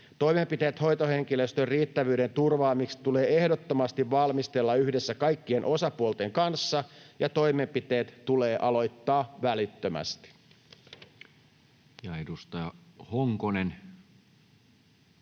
Toimenpiteet hoitohenkilöstön riittävyyden turvaamiseksi tulee ehdottomasti valmistella yhdessä kaikkien osapuolten kanssa, ja toimenpiteet tulee aloittaa välittömästi.